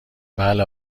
بله